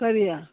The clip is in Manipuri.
ꯀꯔꯤ